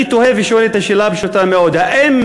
אני תוהה ושואל את השאלה הפשוטה: האם